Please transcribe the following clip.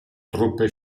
truppe